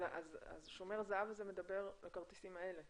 אז השומר זהב הזה מדבר על הכרטיסים האלה?